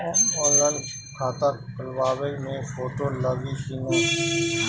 Online खाता खोलबाबे मे फोटो लागि कि ना?